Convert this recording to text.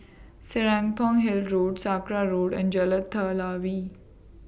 Serapong Hill Road Sakra Road and Jalan Telawi